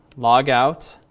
log out.